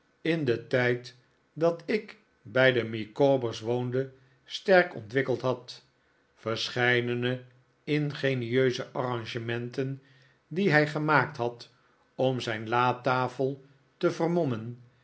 in den tijd dat ik bij de micawber's woonde sterk ontwikkeld had verscheidene ingenieuse arrangementen die hij gemaakt had om zijn latafel te vermommen